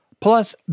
Plus